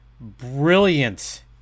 brilliant